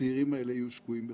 שהצעירים האלה יהיו שקועים בחובות.